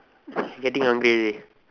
getting hungry already